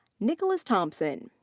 nicholas thompson.